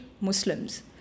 Muslims